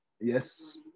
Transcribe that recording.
Yes